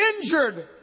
injured